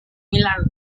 milagro